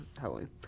Halloween